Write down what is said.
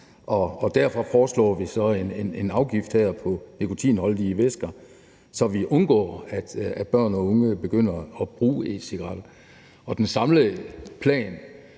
derfor foreslår vi så her en afgift på nikotinholdige væsker, så vi undgår, at børn og unge begynder at bruge e-cigaretter. Den samlede plan